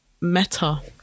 meta